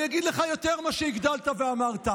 אני אגיד לך יותר ממה שהגדלת ואמרת.